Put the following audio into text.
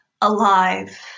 alive